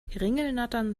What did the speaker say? ringelnattern